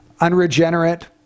unregenerate